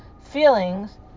feelings